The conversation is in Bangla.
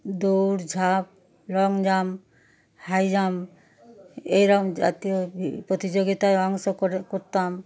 দৌড় ঝাঁপ লং জাম্প হাই জাম্প এরকম জাতীয় প্রতিযোগিতায় অংশ করে করতাম